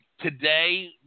Today